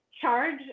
charge